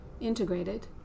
integrated